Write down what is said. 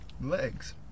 legs